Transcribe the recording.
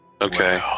okay